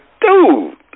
Dude